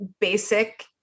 basic